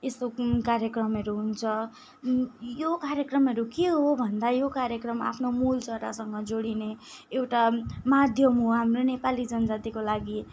यस्तो कार्यक्रमहरू हुन्छ यो कार्यक्रमहरू के हो भन्दा यो कार्यक्रम आफ्नो मूलजरासँग जोडिने एउटा माध्यम हो नेपाली जनजातिको लागि